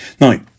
Now